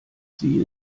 sie